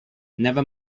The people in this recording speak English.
never